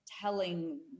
telling